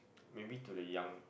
maybe to the young